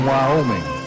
Wyoming